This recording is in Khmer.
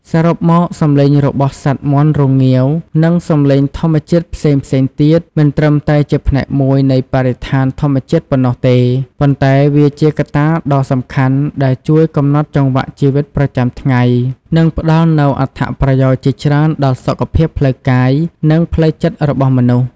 សរុបមក សំឡេងរបស់សត្វមាន់រងាវ និងសំឡេងធម្មជាតិផ្សេងៗទៀត មិនត្រឹមតែជាផ្នែកមួយនៃបរិស្ថានធម្មជាតិប៉ុណ្ណោះទេ ប៉ុន្តែវាជាកត្តាដ៏សំខាន់ដែលជួយកំណត់ចង្វាក់ជីវិតប្រចាំថ្ងៃ និងផ្តល់នូវអត្ថប្រយោជន៍ជាច្រើនដល់សុខភាពផ្លូវកាយ និងផ្លូវចិត្តរបស់មនុស្ស។